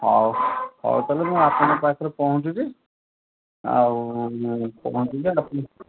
ହଉ ହଉ ତା'ହେଲେ ମୁଁ ଆପଣଙ୍କ ପାଖରେ ପହଁଞ୍ଚୁଛି ଆଉ ପହଞ୍ଚିଗଲେ ଆପଣଙ୍କୁ